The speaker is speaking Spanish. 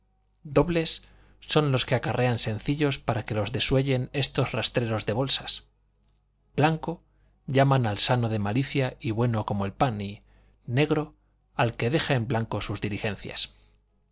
dobles son los que acarrean sencillos para que los desuellen estos rastreros de bolsas blanco llaman al sano de malicia y bueno como el pan y negro al que deja en blanco sus diligencias